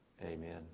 Amen